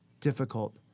difficult